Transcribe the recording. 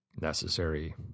necessary